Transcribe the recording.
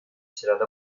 sırada